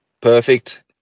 perfect